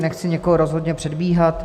Nechci nikoho rozhodně předbíhat.